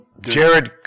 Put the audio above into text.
Jared